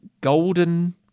golden